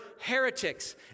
heretics